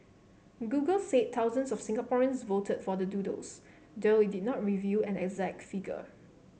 Google said thousands of Singaporeans voted for the doodles though it did not reveal and exact figure